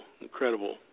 incredible